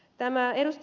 tämä ed